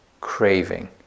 craving